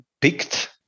picked